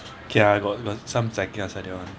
okay lah got got some like that [one]